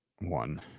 one